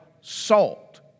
salt